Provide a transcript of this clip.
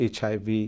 HIV